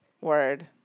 Word